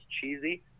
cheesy